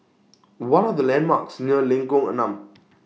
What Are The landmarks near Lengkok Enam